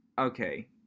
Okay